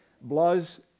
blows